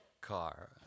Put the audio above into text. car